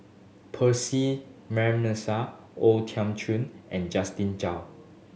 Percy McNeice O Thiam Chin and Justin Zhao